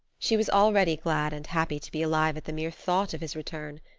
she was already glad and happy to be alive at the mere thought of his return.